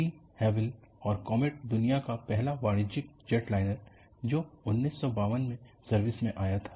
D हैविल और Comet दुनिया का पहला वाणिज्यिक जेटलाइनर जो 1952 में सर्विस में आया था